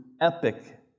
epic